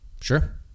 Sure